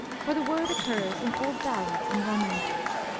for the word occurs in old ballads and romances.